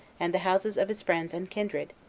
and the houses of his friends and kindred,